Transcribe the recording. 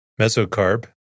mesocarp